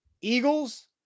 Eagles